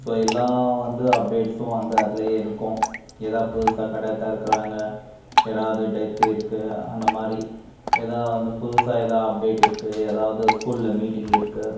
so எல்லாம் வந்தும் அப்டேட்ஸும் வந்து அதுலேயே இருக்கும் எதா புதுசாக கடை திறக்கறாங்க யாராவது டெத்து இருக்குது அந்த மாதிரி எதா வந்து புதுசாக எதா அப்டேட் இருக்குது எதாவது ஸ்கூலில் மீட்டிங் இருக்குது